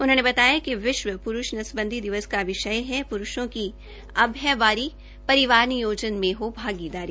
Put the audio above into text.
उन्होंने बताया कि विश्व पुरूष नसबंदी दिवस का विषय है पुरूषों की अब है बारी परिवार नियोजन में हो भागीदारी